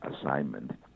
assignment